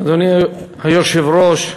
אדוני היושב-ראש,